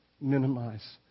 minimize